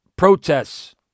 Protests